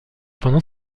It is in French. pendant